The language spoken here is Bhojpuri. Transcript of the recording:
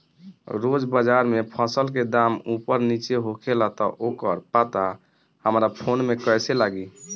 रोज़ बाज़ार मे फसल के दाम ऊपर नीचे होखेला त ओकर पता हमरा फोन मे कैसे लागी?